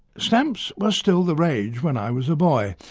stamps were still the rage when i was a boy,